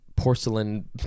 Porcelain